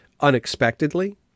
unexpectedly